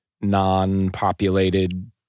non-populated